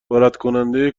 واردکننده